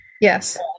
Yes